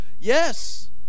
yes